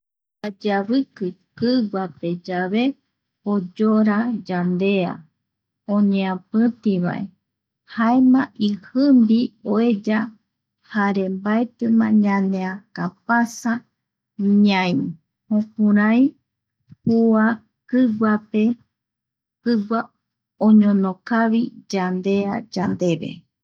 Yayeaviki kiguape yave oyora yandea, oñeapitivae jaema ijimbi oeya jare mbaetima ñañeakapasa ñai jukukurai kua kiguape, kigua oñonokavi yandea yandeve.